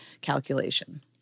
calculation